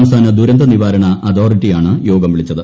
സംസ്ഥാന ദുരന്ത നിവാരണ അതോറിറ്റിയാണ് യോഗം വിളിച്ചത്